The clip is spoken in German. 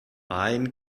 ein